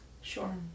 Sure